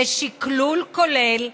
בשקלול כולל,